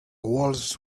walls